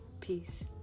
Peace